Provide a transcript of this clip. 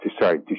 Sorry